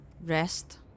Rest